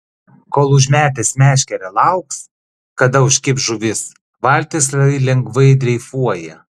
kol užmetęs meškerę lauks kada užkibs žuvis valtis lai lengvai dreifuoja